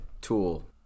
tool